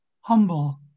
humble